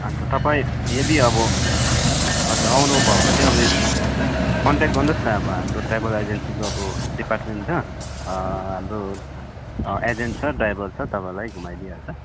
अन्त तपाईँ यदि अब हजुर आउनुभयो भने अब कन्ट्याक्ट गर्नुहोस न अब हाम्रो ट्र्याभल एजेन्सीको अब डिपार्टमेन्ट छ हाम्रो एजेन्ट छ ड्राइबर छ तपाईँलाई घुमाइदिइहाल्छ